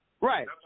Right